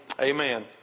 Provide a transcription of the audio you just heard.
amen